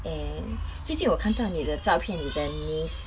eh 最近我看到你的照片你的 niece